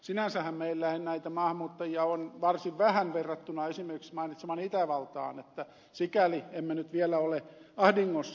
sinänsähän meillä näitä maahanmuuttajia on varsin vähän verrattuna esimerkiksi mainitsemaani itävaltaan että sikäli emme nyt vielä ole ahdingossa